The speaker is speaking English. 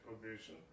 provision